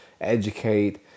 educate